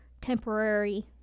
temporary